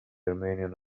armenian